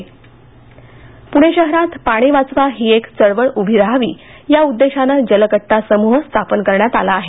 जलकट्टा पूणे शहरात पाणी वाचवा ही एक चळवळ उभी रहावी या उद्देशानं जलकट्टा समूह स्थापन करण्यात आला आहे